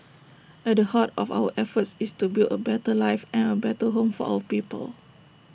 at the heart of our efforts is to build A better life and A better home for our people